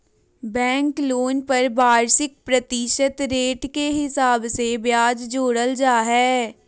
bank loan पर वार्षिक प्रतिशत रेट के हिसाब से ब्याज जोड़ल जा हय